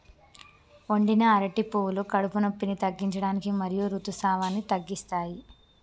వండిన అరటి పువ్వులు కడుపు నొప్పిని తగ్గించడానికి మరియు ఋతుసావాన్ని తగ్గిస్తాయి